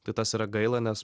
tai tas yra gaila nes